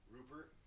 Rupert